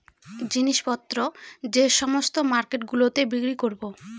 জিনিস পত্র যে সমস্ত মার্কেট গুলোতে বিক্রি করবো